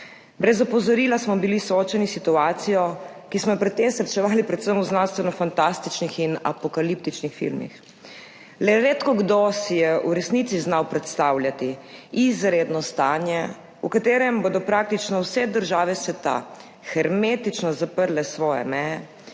Brez opozorila smo bili soočeni s situacijo, ki smo jo pred tem srečevali predvsem v znanstvenofantastičnih in apokaliptičnih filmih. Le redko kdo si je v resnici znal predstavljati izredno stanje, v katerem bodo praktično vse države sveta hermetično zaprle svoje meje,